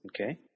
okay